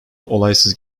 olaysız